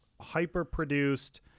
hyper-produced